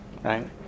right